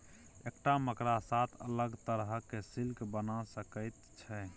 एकटा मकड़ा सात अलग तरहक सिल्क बना सकैत छै